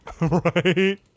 right